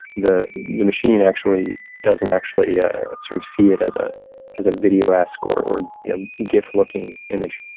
the the machine actually doesn't actually ah sort of see it as ah as a video-esque or or gif looking image.